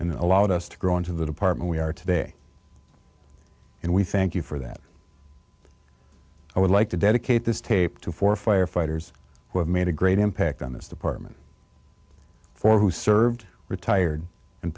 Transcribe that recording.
and allowed us to grow into the department we are today and we thank you for that i would like to dedicate this tape to four firefighters who have made a great impact on this department for who served retired and